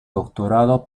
doctorado